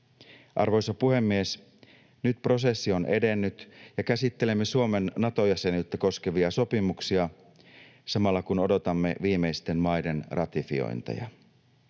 Arvoisa puhemies! Nyt prosessi on edennyt ja käsittelemme Suomen Nato-jäsenyyttä koskevia sopimuksia samalla kun odotamme viimeisten maiden ratifiointeja.